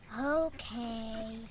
Okay